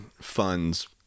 funds